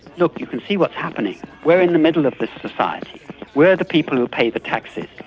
look, you can see what's happening. we're in the middle of this society we're the people who pay the taxes.